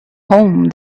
home